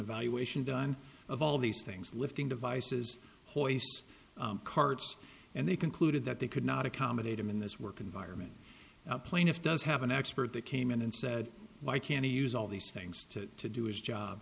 evaluation done of all these things lifting devices carts and they concluded that they could not accommodate them in this work environment plaintiff does have an expert that came in and said why can't he use all these things to to do his job